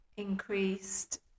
increased